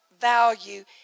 value